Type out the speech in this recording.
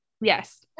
Yes